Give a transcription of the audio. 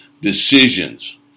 Decisions